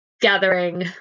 gathering